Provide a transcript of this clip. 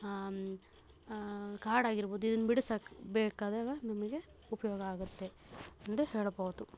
ಕಾಡಾಗಿರ್ಬೋದು ಇದನ್ನು ಬಿಡಿಸಕ್ಕೆ ಬೇಕಾದಾಗ ನಮಗೆ ಉಪಯೋಗ ಆಗತ್ತೆ ಎಂದು ಹೇಳಭೋದು